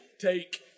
take